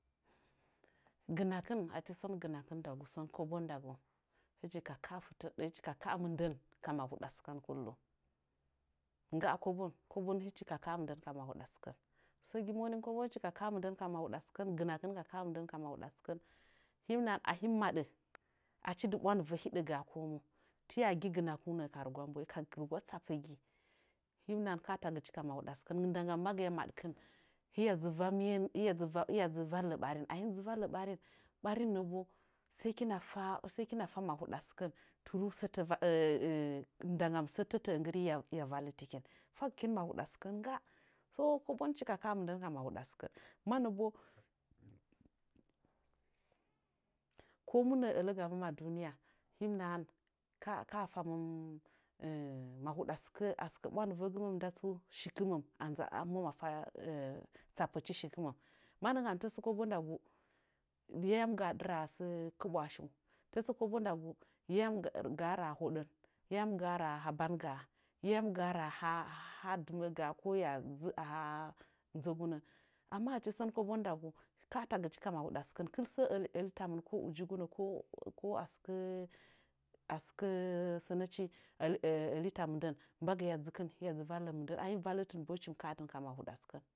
Gɨnakɨn achi sən gɨnakɨn ndagu sən kobon ndagu hɨchi ka hɨchi ka kaa mɨndən ka mahuɗa sɨkən kullum ngga kobon kobon hɨchi ka ka'a mɨndən ka mahuɗa sɨkən səgi monin kobon hɨchi ka kaa mɨndən ka mahuɗa sɨkən gɨnakin ka kaa mɨndən ka mahuɗa sɨkən hɨm nahan ahim maɗə achi dɨ bwandɨvə hiɗə gaa komu tɨya gi gɨna kungu nəə ka rɨgwa mbo'e ka rɨgwa tsapə gi him nahan ka tagɨch ka mahuɗa sɨkən nda gam mbagɨya maɗkɨn hɨya dzɨ va miye hɨya dzɨ valle ɓarin ahim dzɨ valle ɓarin nə bo sai kina fa mahuɗa sɨkən through sətə ndagam sətətəə nggɨre hɨya vallitikin fagɨkin mahuɗa sɨkən ngga so koboni hɨchi ka kaaa mɨndən ka mahuɗa sɨkən mannə bo kamu nə'ə ələ gaməma duniya him nahan kaa faməm mahuɗa sɨkə a sɨkə ɓwandɨyəgɨməm nda tsu shikɨməm hɨməm afa tsapəchi shikɨməm mannə kam tasə kobo ndagu yayam gaa ɗɨra'a sə kɨbwa'a shinyui tasə kobo ndagu yayam garaa hoɗən yayam gaa raa ha ban ga'a yayam ga'a raa haha dɨməga'a ko ya dzɨ aha nzəgunə amma achi sən kobon ndagu kataɨ gɨchi ka mahuɗa sɨkən kɨl sə əli əli tamɨn ko ujigu nə ko ko a sɨkə a sɨkə sənəchi əlita mɨndən mbagɨya dzɨkin hɨya valle mɨndən ahim vallitin bo him kaatɨn ka mahuɗa sɨkən